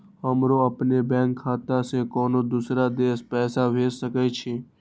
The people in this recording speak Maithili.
हमरो अपने बैंक खाता से केना दुसरा देश पैसा भेज सके छी?